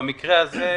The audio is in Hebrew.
במקרה הזה,